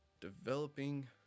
developing